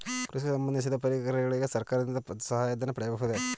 ಕೃಷಿಗೆ ಸಂಬಂದಿಸಿದ ಪರಿಕರಗಳಿಗೆ ಸರ್ಕಾರದಿಂದ ಸಹಾಯ ಧನ ಪಡೆಯಬಹುದೇ?